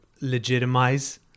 legitimize